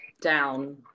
down